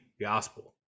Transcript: gospel